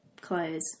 clothes